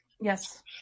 Yes